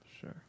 Sure